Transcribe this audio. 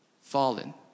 fallen